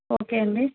okay అండి